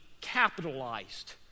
capitalized